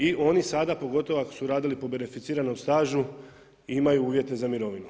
I oni sada pogotovo ako su radili po beneficiranom stažu imaju uvjete za mirovinu.